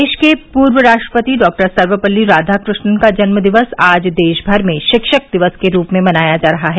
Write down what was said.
देश के पूर्व राष्ट्रपति डॉक्टर सर्वपल्ली राधाकृष्णन् का जन्म दिवस आज देश भर में शिक्षक दिवस के रूप में मनाया जा रहा है